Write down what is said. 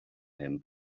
him